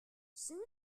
soon